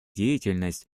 деятельность